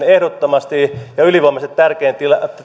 ehdottomasti ja ylivoimaisesti tärkein